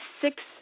six